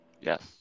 Yes